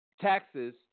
taxes